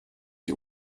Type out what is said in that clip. die